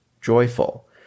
joyful